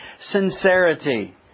Sincerity